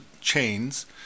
chains